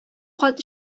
кат